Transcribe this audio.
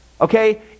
Okay